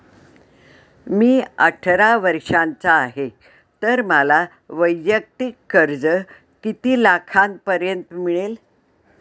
मी अठरा वर्षांचा आहे तर मला वैयक्तिक कर्ज किती लाखांपर्यंत मिळेल?